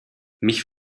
mich